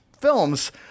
films